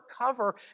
cover